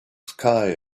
sky